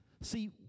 See